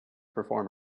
perform